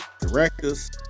directors